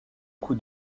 coup